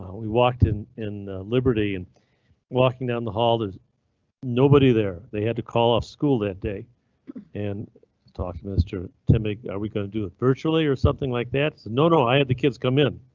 we walked in in liberty and walking down the hall there's nobody there. they had to call off school that day and talk to mr tim big. are we going to do it virtually or something like that? so, no, no, i had the kids come in.